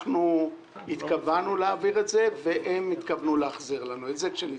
אנחנו התכוונו להעביר את זה והם התכוונו להחזיר לנו את זה כשנצטרך.